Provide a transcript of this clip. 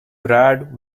brad